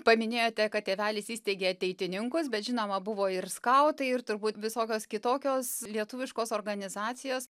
paminėjote kad tėvelis įsteigė ateitininkus bet žinoma buvo ir skautai ir turbūt visokios kitokios lietuviškos organizacijos